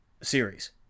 series